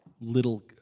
little